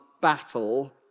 battle